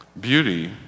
Beauty